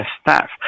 staff